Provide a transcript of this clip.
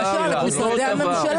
צריך לשאול את משרדי הממשלה,